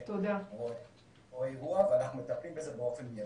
פרצה או אירוע ואנחנו מטפלים במזה במידי.